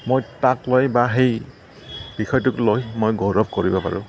মই তাক লৈ বা সেই বিষয়টোক লৈ মই গৌৰৱ কৰিব পাৰোঁ